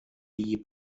die